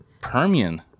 Permian